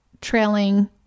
trailing